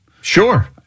Sure